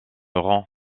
rang